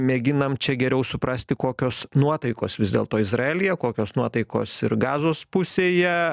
mėginam čia geriau suprasti kokios nuotaikos vis dėlto izraelyje kokios nuotaikos ir gazos pusėje